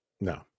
No